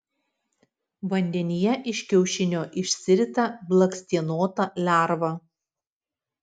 vandenyje iš kiaušinio išsirita blakstienota lerva